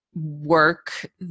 work